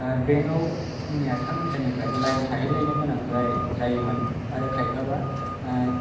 बेंकआव फुंनि आटथा नइथानिफ्राय लाइन थाहैलायनो गोनां जायो जायोमोन आरो खायफाबा